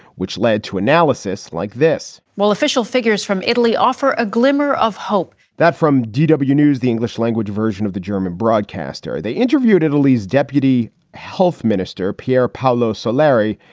which led to analysis like this. while official figures from italy offer a glimmer of hope, that from d w news, the english language version of the german broadcaster, they interviewed italy's deputy health minister, pier paolo solari,